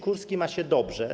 Kurski ma się dobrze.